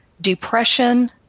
depression